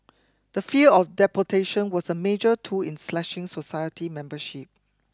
the fear of deportation was a major tool in slashing society membership